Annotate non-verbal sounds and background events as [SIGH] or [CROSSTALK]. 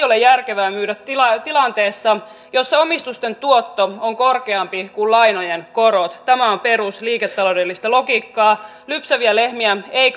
[UNINTELLIGIBLE] ole järkevää myydä tilanteessa tilanteessa jossa omistusten tuotto on korkeampi kuin lainojen korot tämä on perusliiketaloudellista logiikkaa lypsäviä lehmiä ei [UNINTELLIGIBLE]